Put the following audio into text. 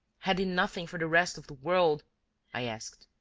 had he nothing for the rest of the world i asked.